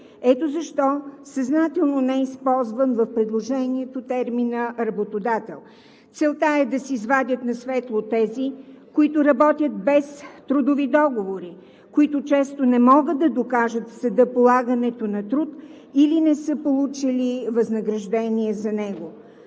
Ето защо съзнателно не използвам в предложението термина „работодател“. Целта е да се извадят на светло тези, които работят без трудови договори, които често не могат да докажат в съда полагането на труд, или не са получили възнаграждение за него.